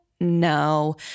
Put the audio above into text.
No